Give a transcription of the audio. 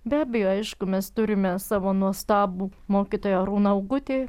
be abejo aišku mes turime savo nuostabų mokytoją arūną augutį